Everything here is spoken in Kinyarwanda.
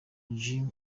jim